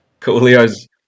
Coolio's